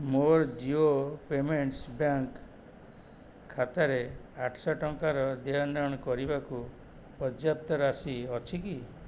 ମୋର Jio payments bank ଖାତାରେ ଆଠଶହ ଟଙ୍କାର ଦେଣନେଣ କରିବାକୁ ପର୍ଯ୍ୟାପ୍ତ ରାଶି ଅଛି କି